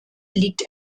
liegt